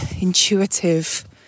intuitive